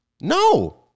No